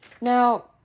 Now